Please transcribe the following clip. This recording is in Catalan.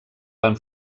van